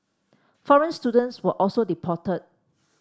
foreign students were also deported